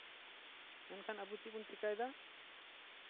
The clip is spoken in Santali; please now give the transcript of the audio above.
ᱢᱮᱱᱠᱷᱟᱱ ᱟᱵᱚ ᱪᱮᱫ ᱵᱚᱱ ᱪᱤᱠᱟᱹᱭᱫᱟ